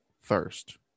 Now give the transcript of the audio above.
first